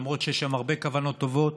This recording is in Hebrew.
למרות שיש שם הרבה כוונות טובות,